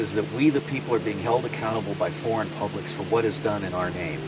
is that we the people are being held accountable by foreign publics for what is done in our name